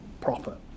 proper